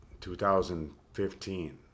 2015